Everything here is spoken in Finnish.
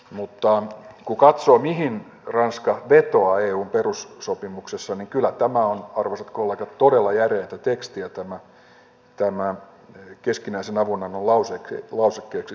mutta kun katsoo mihin ranska vetoaa eun perussopimuksessa niin kyllä tämä on arvoisat kollegat todella järeätä tekstiä tämä keskinäisen avunannon lausekkeeksi sanottu artikla